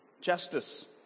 Justice